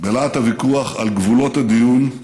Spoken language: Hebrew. בלהט הוויכוח על גבולות הדיון,